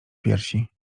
piersi